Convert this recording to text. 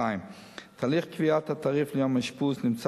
2. תהליך קביעת התעריף ליום אשפוז נמצא